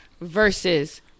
versus